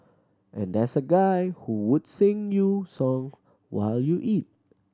and there's a guy who would sing you song while you eat